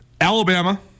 Alabama